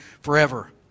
forever